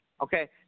Okay